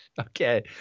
Okay